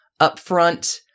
upfront